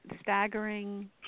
Staggering